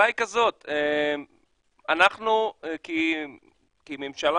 אנחנו ככנסת